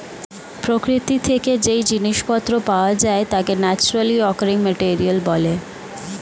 প্রকৃতি থেকে যেই জিনিস পত্র পাওয়া যায় তাকে ন্যাচারালি অকারিং মেটেরিয়াল বলে